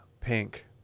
Pink